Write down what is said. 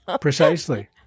Precisely